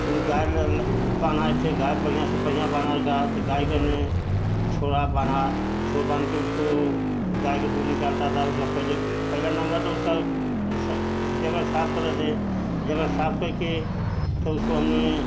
फिर गाय मलब बान्हा एक ठे गाय बढ़िया से बढ़िया बाना गाय तो गाय कने छोड़ा बान्हा छोड़ बान्ह कर उसको गाय के दूध निकालता था वा पहले पहला नंबर तो उसका जगह साफ़ करे थे जगह साफ़ कर के तब उसको हमने